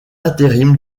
intérim